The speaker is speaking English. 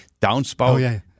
Downspout